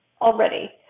already